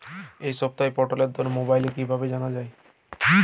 এই সপ্তাহের পটলের দর মোবাইলে কিভাবে জানা যায়?